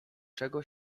czego